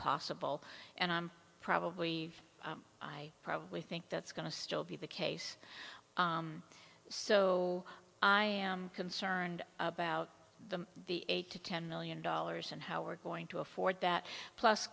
possible and probably i probably think that's going to still be the case so i am concerned about the the eight to ten million dollars and how we're going to afford that plus